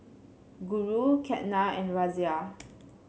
Guru Ketna and Razia